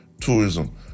tourism